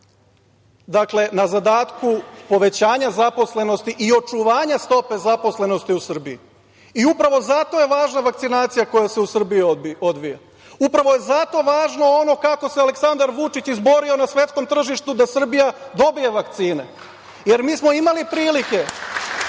dakle na zadatku povećanja zaposlenosti i očuvanja stope zaposlenosti u Srbiji. Upravo zato je važna vakcinacija koja se u Srbiji odvija. Upravo je zato važno ono kako se Aleksandar Vučić izborio na svetskom tržištu da Srbija dobije vakcine, jer mi smo imali prilike